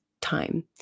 time